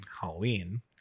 Halloween